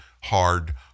hard